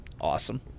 awesome